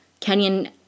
Kenyan